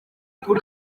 kuri